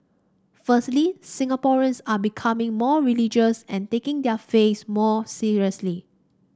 firstly Singaporeans are becoming more religious and taking their faiths more seriously